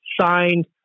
signed